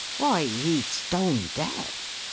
why, he's stone deaf,